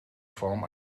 form